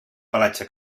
pelatge